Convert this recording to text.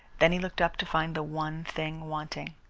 then he looked up to find the one thing wanting.